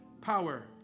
power